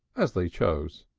as they chose.